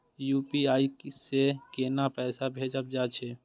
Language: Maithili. यू.पी.आई से केना पैसा भेजल जा छे?